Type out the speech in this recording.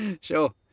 Sure